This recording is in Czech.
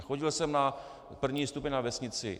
Chodil jsem na první stupeň na vesnici.